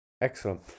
Excellent